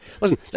listen